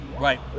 right